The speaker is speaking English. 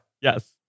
Yes